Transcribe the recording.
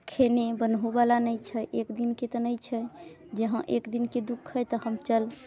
खेने बनहुँवला नहि छै एक दिनके तऽ नहि छै जे हँ एक दिनके दुःख अइ तऽ चलि